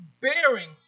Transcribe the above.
bearing